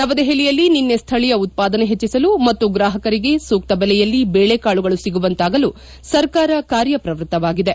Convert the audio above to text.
ನವದೆಹಲಿಯಲ್ಲಿ ನಿನ್ನೆ ಸ್ವೀಯ ಉತ್ವಾದನೆ ಹೆಚ್ಚಿಸಲು ಮತ್ತು ಗ್ರಾಹಕರಿಗೆ ಸೂಕ್ತ ಬೆಲೆಯಲ್ಲಿ ಬೇಳೆಕಾಳುಗಳು ಿಗುವಂತಾಗಲು ಸರ್ಕಾರ ಕಾರ್ಯಪ್ರವೃತ್ತವಾಗಿದೆ